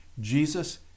Jesus